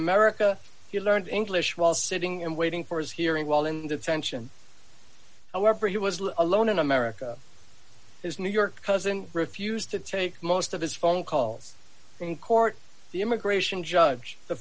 america he learned english while sitting and waiting for his hearing while in the attention however he was alone in america his new york cousin refused to take most of his phone calls in court the immigration judge the